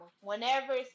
Whenever